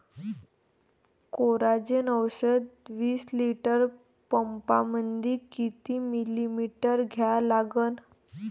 Coragen औषध विस litre पंपामंदी किती मिलीमिटर घ्या लागन?